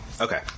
Okay